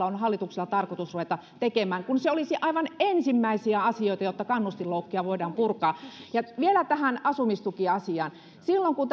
on hallituksen tarkoitus ruveta tekemään kun se olisi aivan ensimmäisiä asioita jotta kannustinloukkuja voidaan purkaa vielä tähän asumistukiasiaan sen jälkeen kun